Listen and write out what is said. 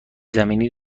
زمینی